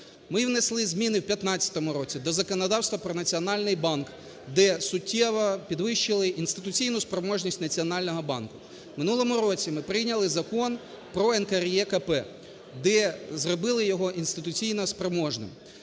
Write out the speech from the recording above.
Ми внесли зміни в 15 році до законодавства про Національний банк, де суттєво підвищили інституційну спроможність Національного банку. В минулому році ми прийняли Закон про НКРЕКП, де зробили його інституційно спроможним,